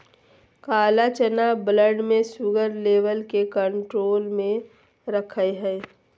काला चना ब्लड में शुगर लेवल के कंट्रोल में रखैय हइ